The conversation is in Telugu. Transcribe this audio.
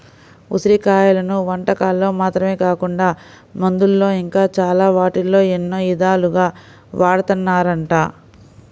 ఉసిరి కాయలను వంటకాల్లో మాత్రమే కాకుండా మందుల్లో ఇంకా చాలా వాటిల్లో ఎన్నో ఇదాలుగా వాడతన్నారంట